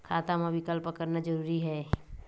खाता मा विकल्प करना जरूरी है?